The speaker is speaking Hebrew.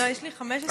לא, יש לי 15 דקות.